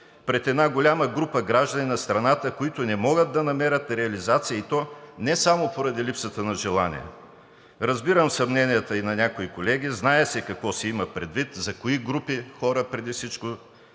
пред една голяма група граждани на страната, които не могат да намерят реализация, и то не само поради липсата на желание. Разбирам съмненията на някои колеги, знае се какво се има предвид и за кои групи хора преди всичко